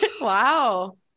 Wow